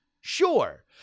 Sure